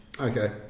okay